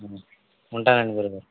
ఉంటానండి గురుగారు